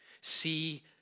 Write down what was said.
See